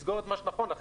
תסגור את מה שנכון לכן,